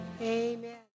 amen